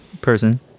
person